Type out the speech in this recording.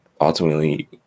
Ultimately